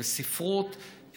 בספרות,